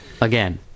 again